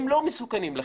הם לא מסוכנים לחברה.